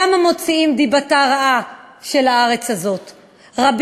כמה מוציאים את דיבת הארץ הזאת רעה.